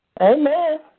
Amen